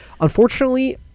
Unfortunately